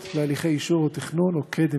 הנמצאות בהליכי אישור או תכנון או קדם-תכנון.